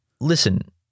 listen